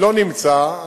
לא נמצא?